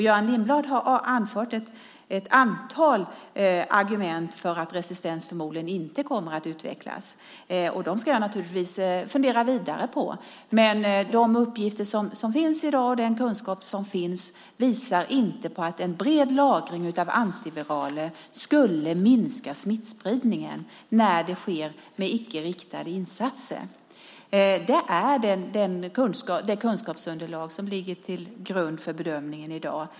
Göran Lindblad har anfört ett antal argument för att resistens förmodligen inte kommer att utvecklas. Dem ska jag naturligtvis fundera vidare på, men de uppgifter och den kunskap som finns i dag visar inte att en bred lagring av antiviraler skulle minska smittspridningen när det sker med icke riktade insatser. Det är det kunskapsunderlag som ligger till grund för bedömningen i dag.